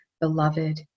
beloved